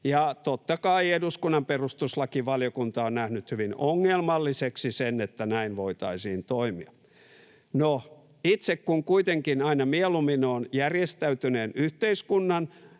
Ja totta kai eduskunnan perustuslakivaliokunta on nähnyt hyvin ongelmalliseksi sen, että näin voitaisiin toimia. No, kun itse kuitenkin aina mieluummin olen järjestäytyneen yhteiskunnan